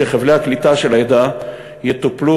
הקליטה של העדה יטופלו,